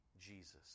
Jesus